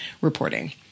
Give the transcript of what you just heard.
reporting